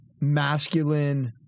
masculine